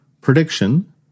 prediction